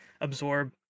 absorb